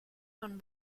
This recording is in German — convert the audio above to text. von